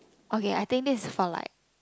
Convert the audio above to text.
okay I think this is for like